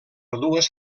dues